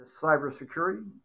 cybersecurity